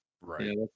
Right